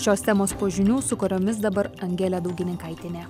šios temos po žinių su kuriomis dabar angelė daugininkaitienė